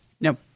No